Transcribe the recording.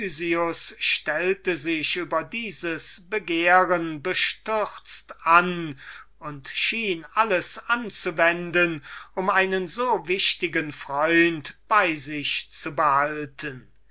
stellte sich über dieses begehren bestürzt an und schien alles anzuwenden um einen so wichtigen freund bei sich zu behalten